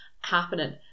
happening